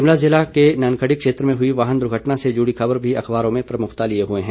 शिमला जिला के ननखड़ी क्षेत्र में हुई वाहन दुर्घटना से जुड़ी खबर भी अखबारों में प्रमुखता लिए हुए हैं